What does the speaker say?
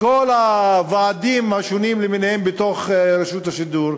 הוועדים השונים למיניהם בתוך רשות השידור,